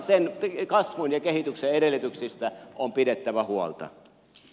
sen kasvun ja kehityksen edellytyksistä on pidettävä huolta